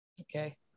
Okay